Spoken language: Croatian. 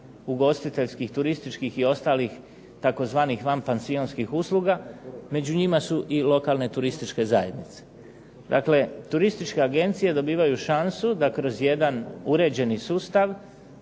ugostiteljskih, turističkih i ostalih tzv. vanpansionskih usluga, među njima su i lokalne turističke zajednice. Dakle turističke agencije dobivaju šansu da kroz jedan uređeni sustav